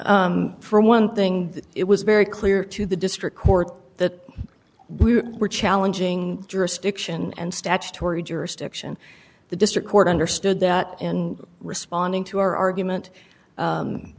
for one thing it was very clear to the district court that we were challenging jurisdiction and statutory jurisdiction the district court understood that in responding to our argument